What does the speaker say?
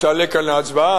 יעלה כאן להצבעה,